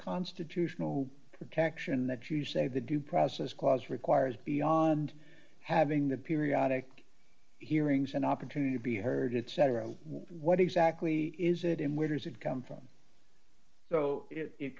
constitutional protection that you say the due process clause requires beyond having the periodic hearings an opportunity to be heard it said what exactly is it and where does it come from so it